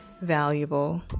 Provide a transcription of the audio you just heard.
valuable